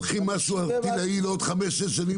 לוקחים משהו ערטילאי לעוד חמש-שש שנים,